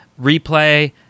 replay